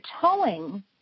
towing